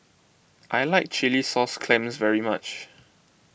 I like Chilli Sauce Clams very much